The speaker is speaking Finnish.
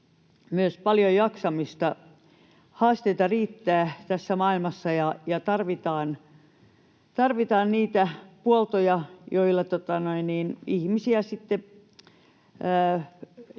myös paljon jaksamista. Haasteita riittää tässä maailmassa, ja tarvitaan niitä huoltoja, joilla ihmisiä sitten